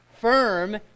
firm